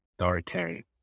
authoritarian